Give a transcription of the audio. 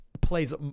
plays